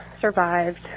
survived